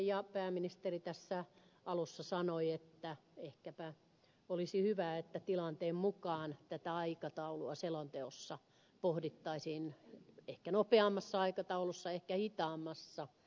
ja pääministeri tässä alussa sanoi että ehkäpä olisi hyvä että tilanteen mukaan tätä aikataulua selonteossa pohdittaisiin ehkä nopeammassa aikataulussa ehkä hitaammassa